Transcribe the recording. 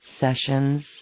sessions